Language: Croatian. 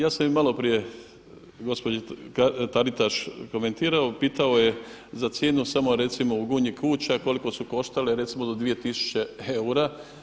Ja sam i maloprije gospođi Taritaš komentirao, pitao je za cijenu samo recimo u Gunji kuća, koliko su koštale recimo do 2000 eura.